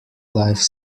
life